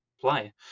play